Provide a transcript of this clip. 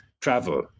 travel